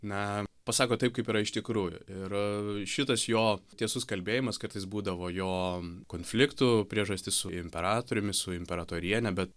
na pasako taip kaip yra iš tikrųjų ir šitas jo tiesus kalbėjimas kartais būdavo jo konfliktų priežastis su imperatoriumi su imperatoriene bet